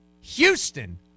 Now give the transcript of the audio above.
Houston